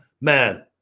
man